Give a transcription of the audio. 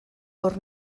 hor